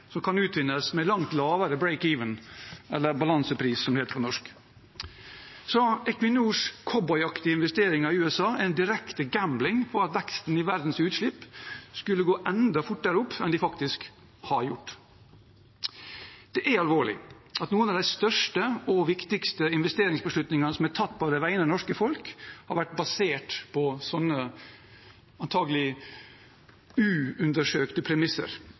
som kan utvinnes med langt lavere break-even, eller balansepris, som det heter på norsk. Equinors cowboyaktige investeringer i USA er en direkte gambling med at veksten i verdens utslipp skulle gå enda fortere opp enn den faktisk har gjort. Det er alvorlig at noen av de største og viktigste investeringsbeslutningene som er tatt på vegne av det norske folk, har vært basert på sånne antagelig uundersøkte premisser.